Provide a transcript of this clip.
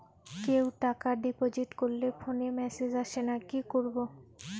কেউ টাকা ডিপোজিট করলে ফোনে মেসেজ আসেনা কি করবো?